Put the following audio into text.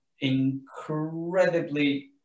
incredibly